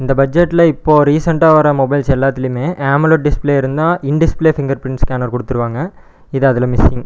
இந்த பட்ஜெட்டில் இப்போ ரீசென்ட்டாக வர மொபைல்ஸ் எல்லாத்துலையுமே ஆமலோட் டிஸ்ப்ளே இருந்தால் in display fingerprint scanner கொடுத்துருவாங்க இது அதில் மிஸ்ஸிங்